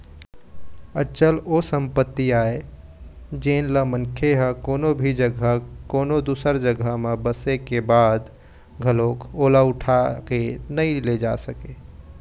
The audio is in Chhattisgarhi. अचल ओ संपत्ति आय जेनला मनखे ह कोनो भी जघा कोनो दूसर जघा म बसे के बाद घलोक ओला उठा के नइ ले जा सकय